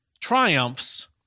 triumphs